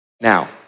Now